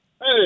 Hey